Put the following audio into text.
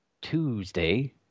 Tuesday